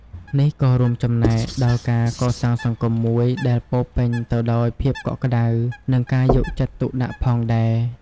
នេះក៏រួមចំណែកដល់ការកសាងសង្គមមួយដែលពោរពេញទៅដោយភាពកក់ក្តៅ និងការយកចិត្តទុកដាក់ផងដែរ។